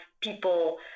people